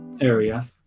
area